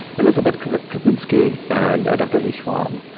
elizabeth karpinski and dr. lee schwalm.